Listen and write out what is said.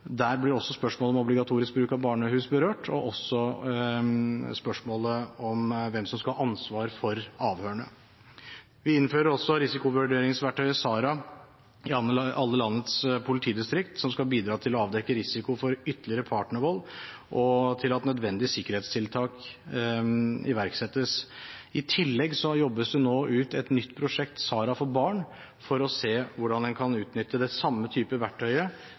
Der blir også spørsmålet om obligatorisk bruk av barnehus berørt, og også spørsmålet om hvem som skal ha ansvar for avhørene. Vi innfører også risikovurderingsvertøyet SARA i alle landets politidistrikt, som skal bidra til å avdekke risiko for ytterligere partnervold, og til at nødvendige sikkerhetstiltak iverksettes. I tillegg jobbes det nå med et nytt prosjekt, SARA for barn, for å se hvordan en kan utnytte den samme